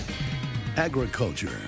Agriculture